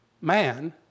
man